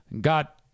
got